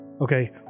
Okay